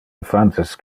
infantes